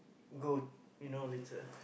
go you know later